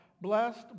blessed